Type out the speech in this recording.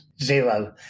zero